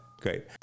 Great